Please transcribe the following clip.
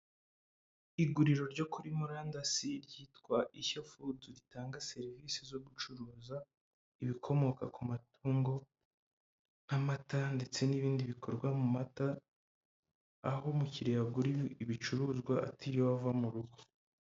Iguriro ryo kuri murandasi ryitwa ishyo fudu ritanga serivisi zo gucuruza ibikomoka ku matungo nk'amata ndetse n'ibindi bikorwa mu mata aho umukiriya agura ibicuruzwa atiriwe ava mu rugo.